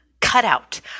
cutout